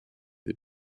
des